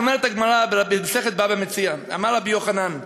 אומרת הגמרא במסכת בבא מציעא: אמר רבי יוחנן: